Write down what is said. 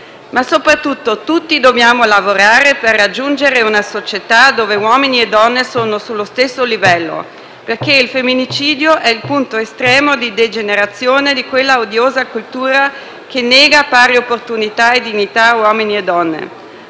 ma soprattutto tutti dobbiamo lavorare per raggiungere una società dove uomini e donne sono sullo stesso livello, perché il femminicidio è il punto estremo di degenerazione di quella odiosa cultura che nega pari opportunità e dignità a uomini e donne.